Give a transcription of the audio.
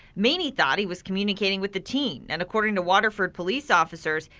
maney thought he was communicating with the teen and according to waterford police officers,